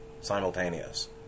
simultaneous